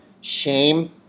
Shame